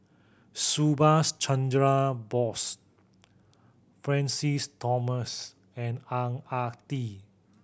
Subhas Chandra Bose Francis Thomas and Ang Ah Tee